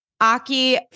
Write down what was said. Aki